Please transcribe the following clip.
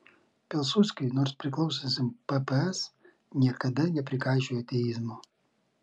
pilsudskiui nors priklausiusiam pps niekada neprikaišiojo ateizmo